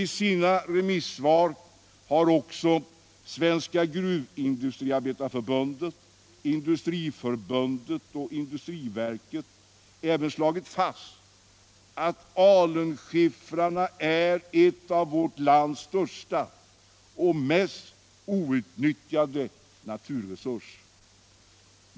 I sina remissvar har också Svenska gruvindustriarbetareförbundet, Industriförbundet och industriverket slagit fast att alunskiffrarna är en av vårt lands största och mest outnyttjade naturresurser.